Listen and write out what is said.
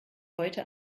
heute